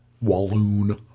Walloon